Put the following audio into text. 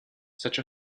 such